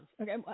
Okay